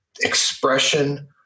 expression